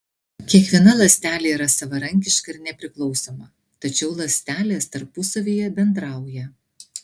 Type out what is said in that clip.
kiekviena ląstelė yra savarankiška ir nepriklausoma tačiau ląstelės tarpusavyje bendrauja